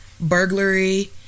Burglary